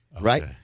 Right